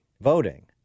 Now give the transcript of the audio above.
voting